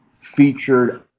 featured